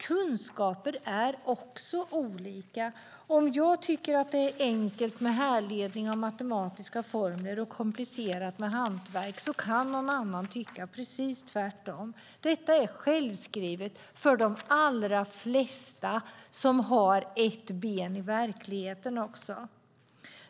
Kunskaper är olika, och om jag tycker att det är enkelt med härledning av matematiska formler och komplicerat med hantverk kan någon annan tycka precis tvärtom. Detta är självskrivet för de allra flesta som har ett ben i verkligheten.